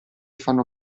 fanno